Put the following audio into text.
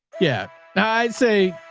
yeah, i'd say